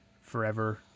Forever